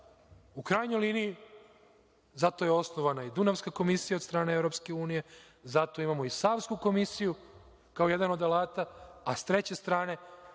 u krajnjoj liniji zato je i osnovana Dunavska komisija od strane EU, zato imamo i Savsku komisiju kao jedan od alata, a sa treće strane